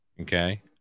Okay